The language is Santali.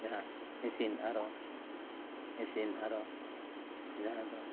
ᱡᱟᱦᱟᱸ ᱤᱥᱤᱱ ᱟᱨᱚ ᱤᱥᱤᱱ ᱟᱨᱚ ᱡᱟᱦᱟᱸ ᱫᱚ